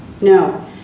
No